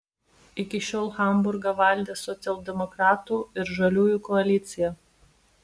iki šiol hamburgą valdė socialdemokratų ir žaliųjų koalicija